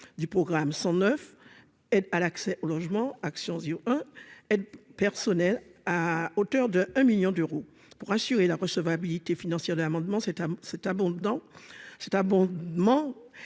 du programme 109 à l'accès au logement action yeux hein personnel à hauteur de 1 1000000 d'euros, pour assurer la recevabilité financière de l'amendement cette cet abondant